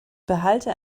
behalte